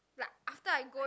like after I go